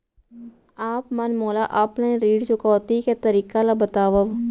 आप मन मोला ऑफलाइन ऋण चुकौती के तरीका ल बतावव?